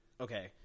Okay